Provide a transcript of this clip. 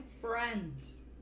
friends